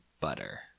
butter